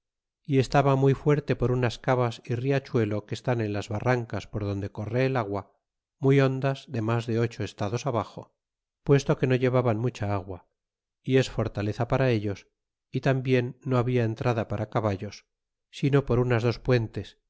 y estaba muy fuerte por unas cavas y riachuelo que están en las barrancas por donde corre el agua muy hondas de mas de ocho estados abaxo puesto que no llevaban mucha agua y es fortaleza para ellos y tambien no habia entrada para caballos sino por unas dos puentes